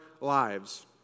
Lives